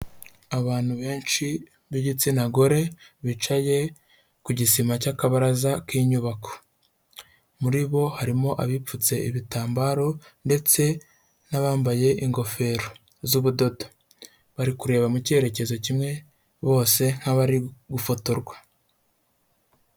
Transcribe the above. Abantu benshi b'igitsina gore, bicaye ku gisima cy'akabaraza k'inyubako, muri bo harimo abipfutse ibitambaro ndetse n'abambaye ingofero z'ubudodo, bari kureba mu cyerekezo kimwe bose nk'abari gufotorwa.